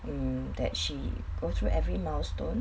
mm that she go through every milestone